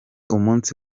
umunsi